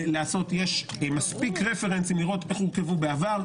יש מספיק רפרנסים לראות איך הורכבו בעבר.